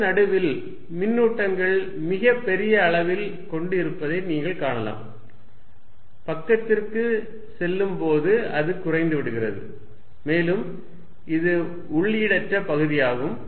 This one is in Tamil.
இதன் நடுவில் மின்னூட்டங்கள் மிகப் பெரிய அளவைக் கொண்டு இருப்பதை நீங்கள் காணலாம் பக்கத்திற்குச் செல்லும்போது அது குறைந்து விடுகிறது மேலும் இது உள்ளீடற்ற பகுதியாகும்